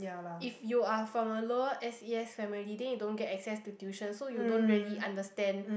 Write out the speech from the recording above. if you are from a lower S_E_S family then you don't get access to tuition so you don't really understand